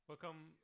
Welcome